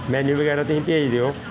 menu ਵਗੈਰਾ ਤੁਸੀਂ ਭੇਜ ਦਿਓ